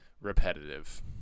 repetitive